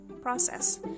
process